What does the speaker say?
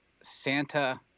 Santa